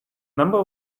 number